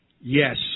Yes